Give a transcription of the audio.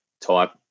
type